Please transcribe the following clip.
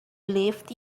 lived